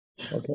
Okay